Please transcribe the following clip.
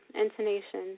intonation